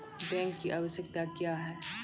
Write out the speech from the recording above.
Bank की आवश्यकता क्या हैं?